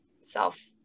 self